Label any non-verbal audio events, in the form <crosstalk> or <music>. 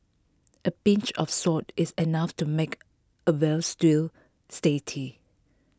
A pinch of salt is enough to make A Veal Stew <unintelligible>